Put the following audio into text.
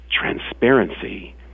transparency